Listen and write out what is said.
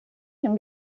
can